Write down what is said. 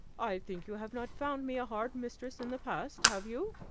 i think you have not found me a hard mistress in the past, have you?